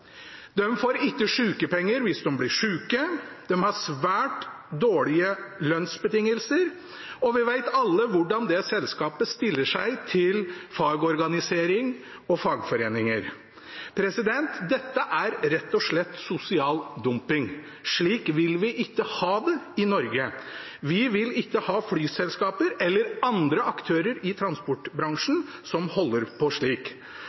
får ikke sykepenger hvis de blir syke. De har svært dårlige lønnsbetingelser. Og vi vet alle hvordan det selskapet stiller seg til fagorganisering og fagforeninger. Dette er rett og slett sosial dumping. Slik vil vi ikke ha det i Norge. Vi vil ikke ha flyselskaper eller andre aktører i transportbransjen som holder på slik.